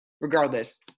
Regardless